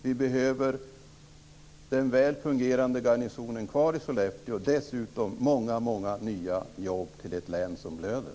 Vi behöver ha den väl fungerande garnisonen kvar i Sollefteå och dessutom många nya jobb till ett län som blöder.